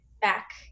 back